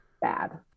bad